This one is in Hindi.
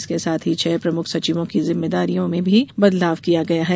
इसके साथ ही छह प्रमुख सचिवों की जिम्मेदारियों में भी बदलाव किया गया है